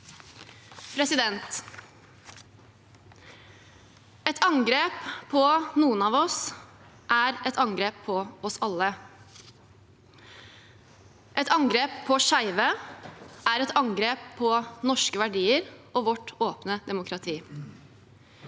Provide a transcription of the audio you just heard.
terror. Et angrep på noen av oss er et angrep på oss alle. Et angrep på skeive er et angrep på norske verdier og vårt åpne demokrati.